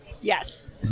Yes